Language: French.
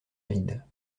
rides